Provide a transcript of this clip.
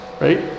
Right